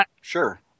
Sure